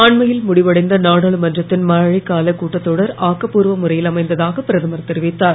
அண்மையில் முடிவடைந்த நாடாளுமன்றத்தின் மழைகால கூட்டத் தொடர் ஆக்கப்பூர்வ முறையில் அமைந்ததாக பிரதமர் தெரிவித்தார்